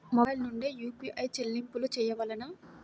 Mobile నుండే UPI చెల్లింపులు చేయవలెనా?